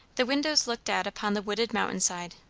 the windows looked out upon the wooded mountain-side.